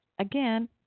again